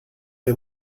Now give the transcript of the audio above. der